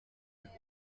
notre